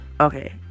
Okay